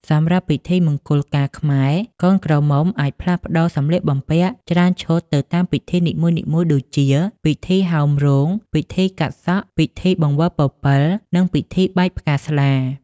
សម្រាប់ពិធីមង្គលការខ្មែរ កូនក្រមុំអាចផ្លាស់ប្តូរសម្លៀកបំពាក់ច្រើនឈុតទៅតាមពិធីនីមួយៗដូចជា ពិធីហោមរោង ពិធីកាត់សក់ ពិធីបង្វិលពពិល និង ពិធីបាចផ្កាស្លា ។